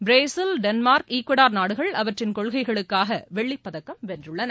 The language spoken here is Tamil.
பிரேசில் டென்மார்க்சாக்வெடார் நாடுகள் அவற்றின் கொள்கைகளுக்காக வெள்ளிப்பதக்கம் வென்றுள்ளன